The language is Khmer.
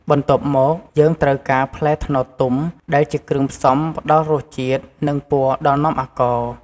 បន្ទាប់មក យើងត្រូវការ ផ្លែត្នោតទុំ ដែលជាគ្រឿងផ្សំផ្ដល់រសជាតិ និងពណ៌ដល់នំអាកោរ។